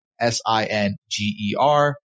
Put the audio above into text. S-I-N-G-E-R